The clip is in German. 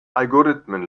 algorithmen